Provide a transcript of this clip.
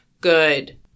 Good